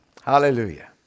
Hallelujah